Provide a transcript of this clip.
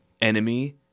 enemy